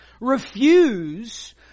Refuse